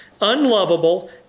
unlovable